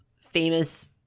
famous